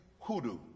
Hoodoo